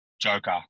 joker